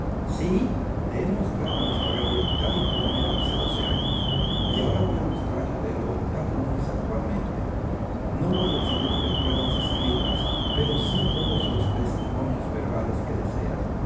sí te he mostrado a míster elliot tal y como era hace doce años y ahora voy a mostrártelo tal como es actualmente no puedo exhibirte pruebas escritas ya pero sí todos los testimonios verbales que deseas